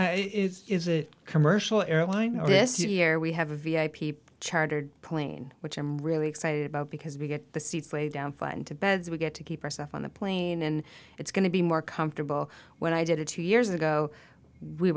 travel is a commercial airline this year we have a v i p chartered plane which i'm really excited about because we get the seats lay down flat and to bed so we get to keep our stuff on the plane and it's going to be more comfortable when i did it two years ago we